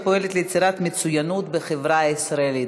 ופועלת ליצירת מצוינות בחברה הישראלית.